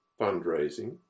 fundraising